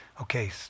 okay